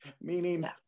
meaning